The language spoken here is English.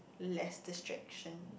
less distraction